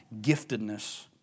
giftedness